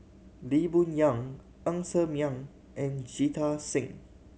Lee Boon Yang Ng Ser Miang and Jita Singh